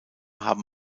haben